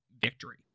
victory